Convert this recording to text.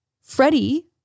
Freddie